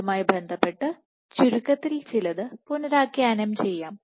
ഇതുമായി ബന്ധപ്പെട്ട് ചുരുക്കത്തിൽ ചിലത് പുനരാഖ്യാനം ചെയ്യാം